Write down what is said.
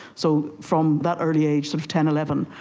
so from that early age, sort of ten, eleven,